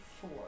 four